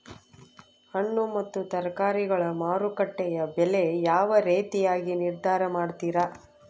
ಹಣ್ಣು ಮತ್ತು ತರಕಾರಿಗಳ ಮಾರುಕಟ್ಟೆಯ ಬೆಲೆ ಯಾವ ರೇತಿಯಾಗಿ ನಿರ್ಧಾರ ಮಾಡ್ತಿರಾ?